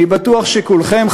אני בטוח שכולכם,